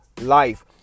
life